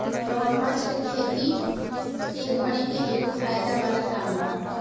मगरमच्छ के खेती ए घड़ी के एगो फायदा वाला काम बा